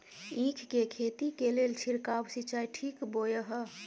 ईख के खेती के लेल छिरकाव सिंचाई ठीक बोय ह?